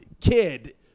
kid